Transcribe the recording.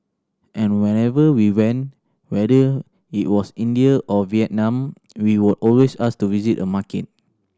and wherever we went whether it was India or Vietnam we would always ask to visit a market